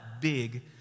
big